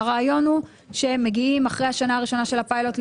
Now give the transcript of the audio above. הרעיון הוא שמגיעים אחרי השנה הראשונה של הפיילוט,